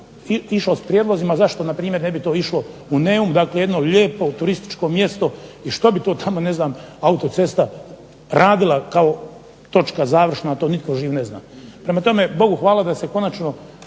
išlo s prijedlozima zašto npr. ne bi to išlo u Neum, dakle jedno lijepo turističko mjesto, i što bi to tamo ne znam autocesta radila kao točka završna, a to nitko živ ne zna. Prema tome Bogu hvala da se konačno